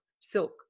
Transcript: silk